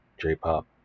J-pop